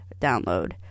download